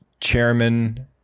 Chairman